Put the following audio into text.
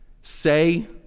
say